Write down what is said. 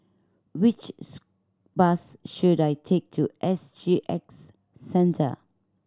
which bus should I take to S G X Centre